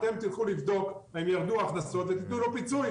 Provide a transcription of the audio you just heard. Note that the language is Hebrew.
אתם תלכו לבדוק אם ירדו ההכנסות ותתנו לו פיצויים.